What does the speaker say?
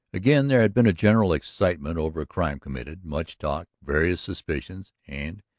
again there had been a general excitement over a crime committed, much talk, various suspicions, and,